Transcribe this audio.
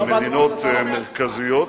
מדינות מרכזיות.